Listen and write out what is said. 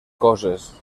coses